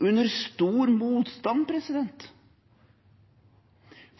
under stor motstand?